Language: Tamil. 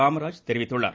காமராஜ் தெரிவித்துள்ளார்